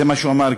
זה מה שהוא אמר,